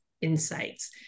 insights